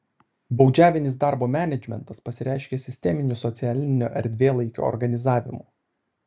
baudžiavinis darbo menedžmentas pasireiškė sisteminiu socialinio erdvėlaikio organizavimu